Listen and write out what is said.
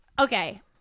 okay